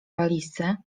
walizce